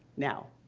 now,